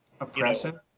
oppressive